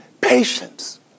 patience